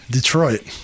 Detroit